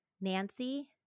Nancy